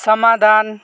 समाधान